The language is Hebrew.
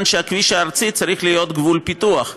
שהכביש הארצי צריך להיות גבול פיתוח.